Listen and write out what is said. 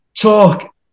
talk